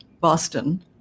Boston